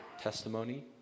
testimony